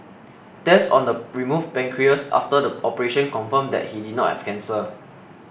tests on the removed pancreas after the operation confirmed that he did not have cancer